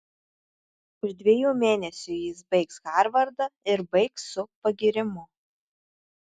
už dviejų mėnesių jis baigs harvardą ir baigs su pagyrimu